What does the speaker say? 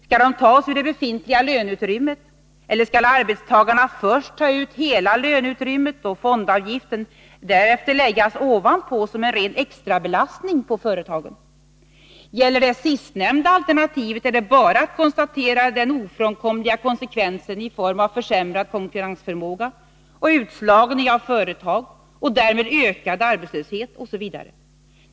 Skall den tas ur det befintliga löneutrymmet, eller skall arbetstagarna först ta ut hela löneutrymmet och fondavgiften därefter läggas ovanpå som en ren extrabelastning på företagen? Gäller det sistnämnda alternativet är det bara att konstatera den ofrånkomliga konsekvensen i form av försämrad konkurrensförmåga och utslagning av företag och därmed ökad arbetslöshet osv.